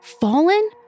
Fallen